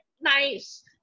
nice